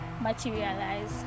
materialize